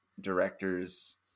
directors –